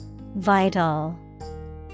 Vital